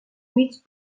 mig